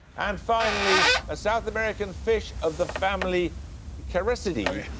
and finally, a south american fish of the family characidae.